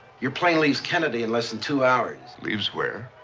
your plane leaves kennedy in less than two hours. leaves where?